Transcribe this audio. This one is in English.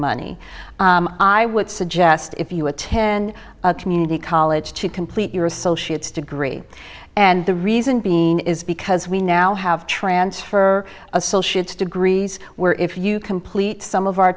money i would suggest if you attend community college to complete your associate's degree and the reason being is because we now have transfer associates degrees where if you complete some of our